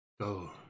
Go